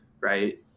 right